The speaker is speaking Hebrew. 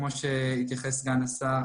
כפי שהתייחס סגן השר,